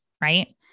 Right